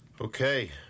Okay